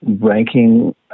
ranking